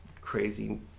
crazy